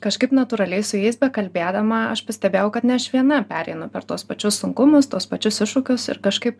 kažkaip natūraliai su jais bekalbėdama aš pastebėjau kad ne aš viena pereinu per tuos pačius sunkumus tuos pačius iššūkius ir kažkaip